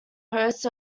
hosts